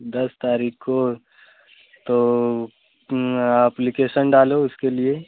दस तारीख को तो अप्लीकेसन डालो उसके लिए